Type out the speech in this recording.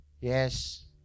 Yes